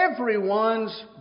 everyone's